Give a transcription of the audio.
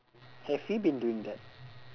have we been doing that